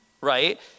right